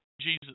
jesus